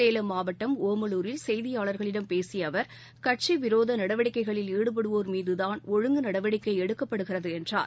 சேலம் மாவட்டம் ஒமலூரில் செய்தியாளர்களிடம் பேசிய அவர் கட்சி விரோத நடவடிக்கைகளில் ஈடுபடுவோர் மீது தான் ஒழுங்கு நடவடிக்கை எடுக்கப்படுகிறது என்றார்